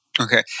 Okay